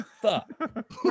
fuck